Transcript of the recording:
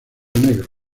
negro